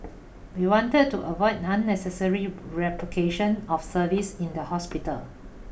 we wanted to avoid unnecessary replication of services in the hospital